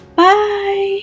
Bye